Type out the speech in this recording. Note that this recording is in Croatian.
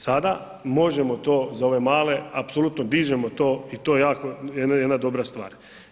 Sada možemo to za ove male, apsolutno dižemo ti i to je jako jedna dobra stvar.